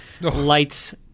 lights